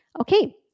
okay